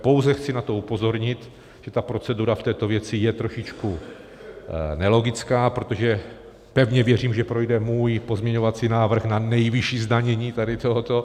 Pouze chci na to upozornit, že procedura v této věci je trošičku nelogická, protože pevně věřím, že projde můj pozměňovací návrh na nejvyšší zdanění tady tohoto.